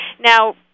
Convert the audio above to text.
Now